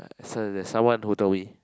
so there's someone who told me